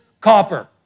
copper